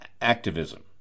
activism